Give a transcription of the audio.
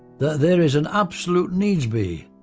that there is an absolute needs be,